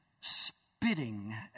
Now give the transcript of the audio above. spitting